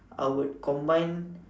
I would combine